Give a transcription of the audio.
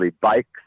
bikes